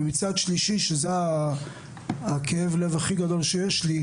ומצד שלישי שזה הכאב לב הכי גדול שיש לי,